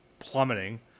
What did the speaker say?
plummeting